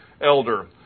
elder